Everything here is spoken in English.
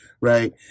Right